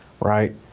right